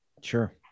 Sure